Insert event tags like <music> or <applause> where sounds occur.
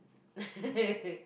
<laughs>